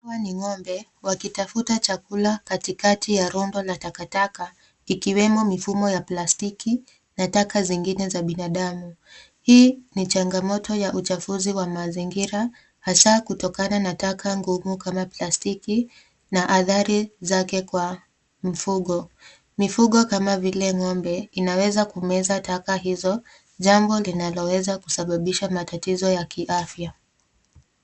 Hawa ni ng'ombe wakitafuta chakula katika ya rundo la takataka ikiwemo mifumo ya plastiki na taka zingine za binadamu. Hii ni changamoto ya uchafuzi wa mazingira hasaa kutokana na taka ngumu kama plastiki na athari zake kwa mfugo. Mifugo kama vile ng'ombe inaweza kumeza taka hizo jambo linaloweza kusababisha matatizo ya kiafya.